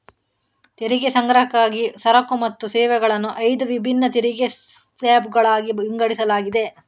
ತೆರಿಗೆ ಸಂಗ್ರಹಕ್ಕಾಗಿ ಸರಕು ಮತ್ತು ಸೇವೆಗಳನ್ನು ಐದು ವಿಭಿನ್ನ ತೆರಿಗೆ ಸ್ಲ್ಯಾಬುಗಳಾಗಿ ವಿಂಗಡಿಸಲಾಗಿದೆ